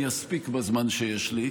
שאני אספיק בזמן שיש לי,